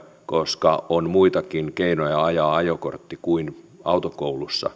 koska on muitakin keinoja ajaa ajokortti kuin autokoulussa